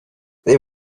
there